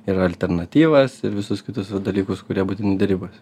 ir alternatyvas ir visus kitus dalykus kurie būtini derybose